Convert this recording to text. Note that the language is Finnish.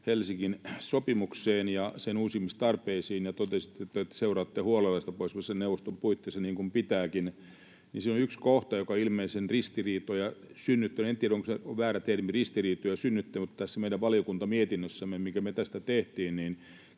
Helsingin sopimukseen ja sen uusimistarpeisiin, ja totesitte, että te seuraatte huolella sitä Pohjoismaiden neuvoston puitteissa, niin kuin pitääkin, niin siinä on yksi kohta, joka on ilmeisen ristiriitoja synnyttänyt. En tiedä, onko se ”ristiriitoja synnyttänyt” väärä termi, mutta tässä meidän valiokuntamietinnössämme, mikä me tästä tehtiin,